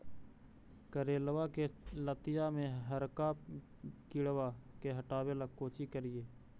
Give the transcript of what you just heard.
करेलबा के लतिया में हरका किड़बा के हटाबेला कोची करिए?